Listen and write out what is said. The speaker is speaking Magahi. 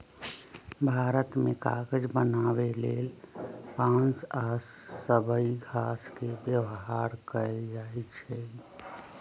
भारत मे कागज बनाबे लेल बांस आ सबइ घास के व्यवहार कएल जाइछइ